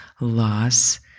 loss